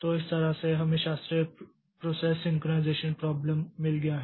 तो इस तरह से हमें शास्त्रीय प्रोसेस सिंकरनाइज़ेशन प्राब्लम मिल गया है